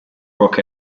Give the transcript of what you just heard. rock